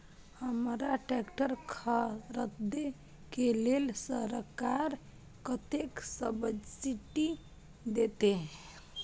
हमरा ट्रैक्टर खरदे के लेल सरकार कतेक सब्सीडी देते?